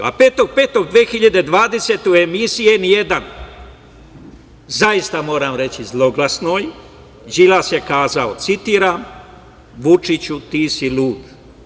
A 05.5.2020. godine u emisiji na N1, zaista moram reći zloglasnoj, Đilas je kazao, citiram: „Vučiću, ti si lud“